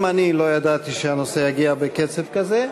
גם אני לא ידעתי שהנושא יגיע בקצב כזה.